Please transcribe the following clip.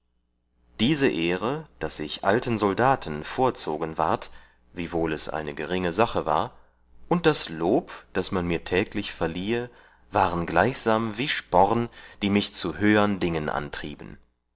diese ehre daß ich alten soldaten vorzogen ward wiewohl es eine geringe sache war und das lob das man mir täglich verliehe waren gleichsam wie sporn die mich zu höhern dingen antrieben